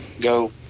go